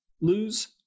Lose